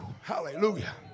Hallelujah